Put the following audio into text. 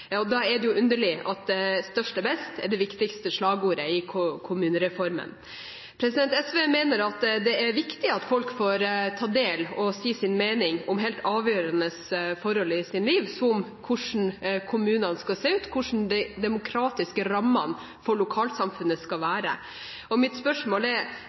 Da er det jo underlig at «størst er best» er det viktigste slagordet i kommunereformen. SV mener at det er viktig at folk får ta del i og si sin mening om helt avgjørende forhold i sine liv, som f.eks. hvordan kommunene skal se ut og hvordan de demokratiske rammene for lokalsamfunnet skal være. Mitt spørsmål er: